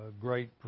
great